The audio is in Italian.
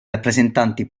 rappresentanti